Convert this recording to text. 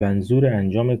منظورانجام